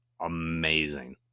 amazing